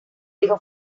hijo